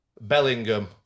Bellingham